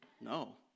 No